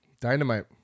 Dynamite